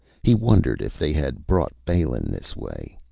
he wondered if they had brought balin this way.